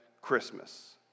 Christmas